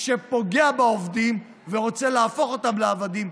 שפוגע בעובדים ורוצה להפוך אותם לעבדים,